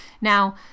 Now